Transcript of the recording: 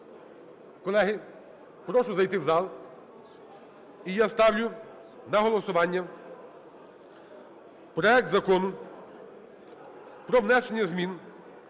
Колеги, прошу зайти в зал. І я ставлю на голосування проект Закону про внесення змін